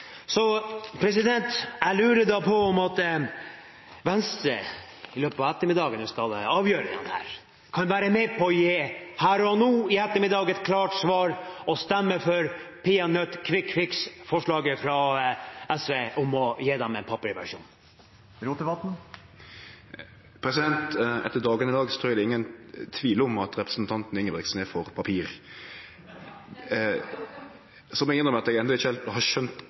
på å gi, her og nå, et klart svar og stemme for peanøtt-kvikk-fiks-forslaget fra Arbeiderpartiet, Senterpartiet og SV, om å gi dem en papirversjon? Etter dagen i dag trur eg det er ingen tvil om at representanten Ingebrigtsen er for papir, men eg må innrømme at eg enno ikkje heilt har skjønt